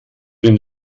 den